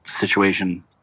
situation